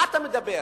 מה אתה מדבר?